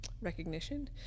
recognition